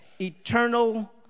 eternal